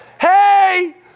hey